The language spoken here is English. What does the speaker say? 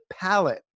palette